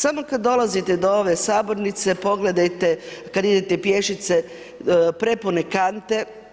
Samo kada dolazite do ove sabornice, pogledajte, kada idete pješice, prepune kante.